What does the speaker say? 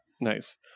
Nice